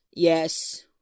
Yes